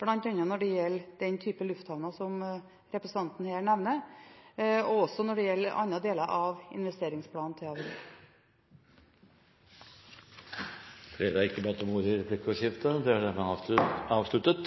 bl.a. når det gjelder den type lufthavner som representanten her nevner, og også når det gjelder andre deler av investeringsplanen til Avinor. Replikkordskiftet er avsluttet.